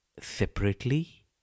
separately